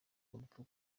urupfu